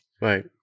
right